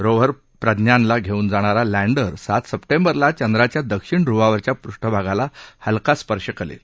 Rover प्रज्ञानला घेऊन जाणारा लॅण्डर सात सप्टेंबरला चंद्राच्या दक्षिण ध्रुवावरच्या पृष्ठभागाला हलका स्पर्श करेल